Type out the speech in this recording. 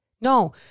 No